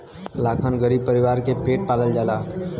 लाखन गरीब परीवार के पेट पालल जाला